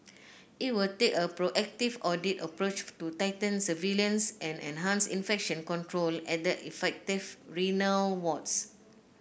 it will take a proactive audit approach to tighten surveillance and enhance infection control at the affected renal wards